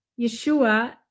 Yeshua